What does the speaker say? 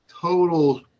total